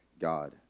God